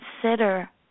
consider